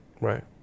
Right